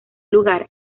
lugar